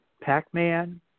Pac-Man